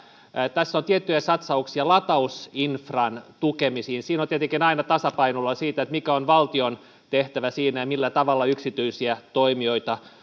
tässä on tiettyjä satsauksia latausinfran tukemisiin siinä on tietenkin aina tasapainoilua siitä mikä on valtion tehtävä siinä ja millä tavalla yksityisiä toimijoita